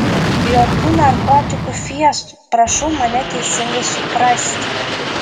jokių narkotikų fiestų prašau mane teisingai suprasti